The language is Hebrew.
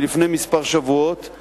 מלפני שבועות מספר,